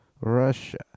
Russia